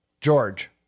George